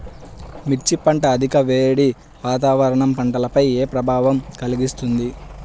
మిర్చి పంట అధిక వేడి వాతావరణం పంటపై ఏ ప్రభావం కలిగిస్తుంది?